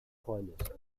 freundes